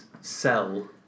sell